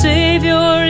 Savior